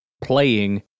playing